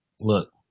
Look